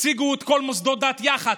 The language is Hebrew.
יציגו את כל מוסדות הדת יחד,